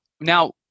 Now